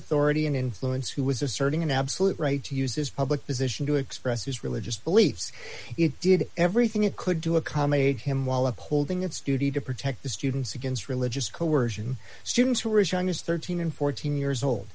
authority and influence who was asserting an absolute right to use his public position to express his religious beliefs it did everything it could to accommodate him while upholding its duty to protect the students against religious coercion students who are as young as thirteen and fourteen years old